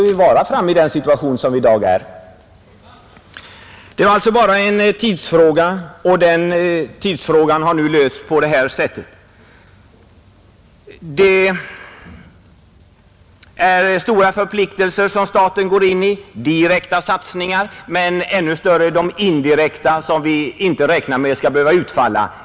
Vi är framme i den situationen i dag. Det är stora förpliktelser som staten tar på sig genom direkta satsningar men ännu större genom indirekta, även om vi inte räknar med att de skall behöva utfalla.